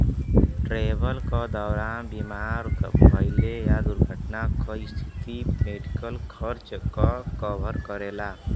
travel क दौरान बीमार भइले या दुर्घटना क स्थिति में मेडिकल खर्च क कवर करेला